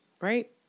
right